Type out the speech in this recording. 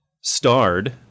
starred